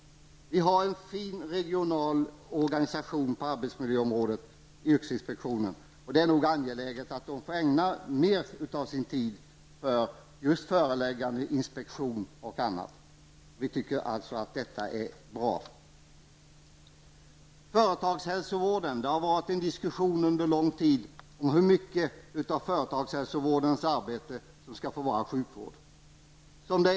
Yrkesinspektionen har en fin regional organisation på arbetsmiljöområdet, och det är angeläget att man får ägna mer av sin tid till föreläggande, inspektion och annat. Vi tycker alltså att detta är bra. Under en lång tid har man diskuterat hur mycket av företagshälsovårdens arbete som skall få vara sjukvård.